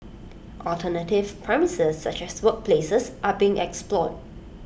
alternative premises such as workplaces are being explored